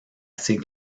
ses